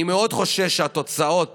אני מאוד חושש שהתוצאות